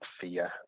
fear